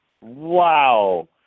wow